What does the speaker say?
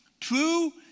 True